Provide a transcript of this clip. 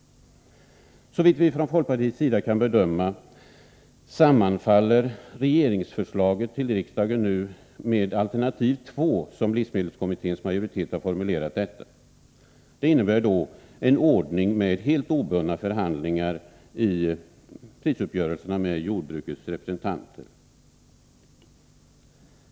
Såvitt vi från folkpartiets sida kan bedöma sammanfaller regeringens förslag till riksdagen med alternativ 2, såsom livsmedelskommitténs majoritet har formulerat detta. Det innebär en ordning med helt obundna förhandlingar i prisuppgörelserna med jordbrukets representanter.